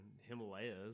Himalayas